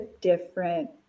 different